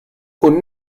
und